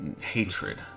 hatred